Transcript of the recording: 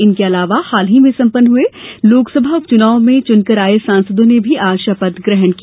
इनर्क अलावा हाल ही में संपन्न लोकसभा उपचुनाव में चुनकर आये सांसदों ने भी आज शपथ ग्रहण की